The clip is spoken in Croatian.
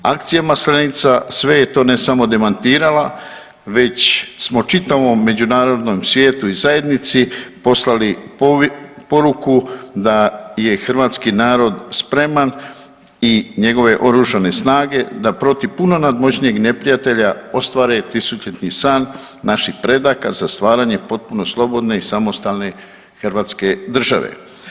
Akcija Maslenica sve je to ne samo demantirala već smo čitavom međunarodnom svijetu i zajednici poslali poruku da je hrvatski narod spreman i njegove Oružane snage da protiv puno nadmoćnijeg neprijatelja ostvare tisućljetni san naših predaka za stvaranje potpuno slobodne i samostalne Hrvatske države.